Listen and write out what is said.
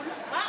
מה?